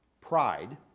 pride